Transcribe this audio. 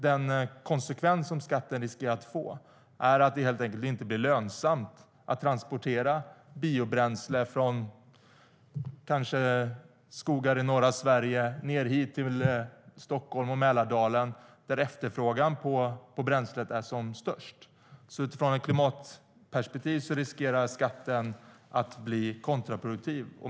Den konsekvens som skatten riskerar att få är att det helt enkelt inte blir lönsamt att transportera biobränsle från skogar i till exempel norra Sverige ned hit till Stockholm och Mälardalen, där efterfrågan på bränslet är som störst. Utifrån ett klimatperspektiv riskerar skatten att bli kontraproduktiv.